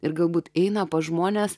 ir galbūt eina pas žmones